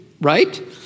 right